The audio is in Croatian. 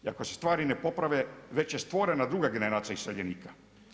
I ako se stvari ne poprave, već je stvorena druga generacija iseljenika.